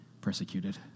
persecuted